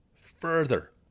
further